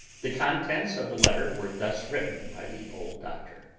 the contents of the letter were thus written by the old doctor